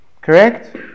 Correct